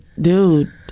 dude